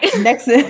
Next